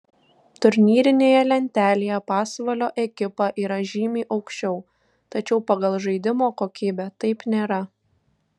turnyrinėje lentelėje pasvalio ekipa yra žymiai aukščiau tačiau pagal žaidimo kokybę taip nėra